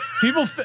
People